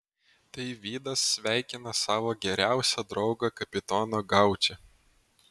tai vidas sveikina savo geriausią draugą kapitoną gaučį